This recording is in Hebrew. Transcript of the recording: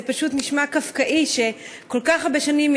זה פשוט נשמע קפקאי שכל כך הרבה שנים,